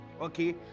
okay